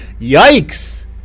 Yikes